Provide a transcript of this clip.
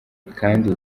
kandi